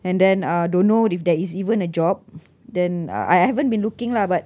and then uh don't know if there is even a job then I I haven't been looking lah but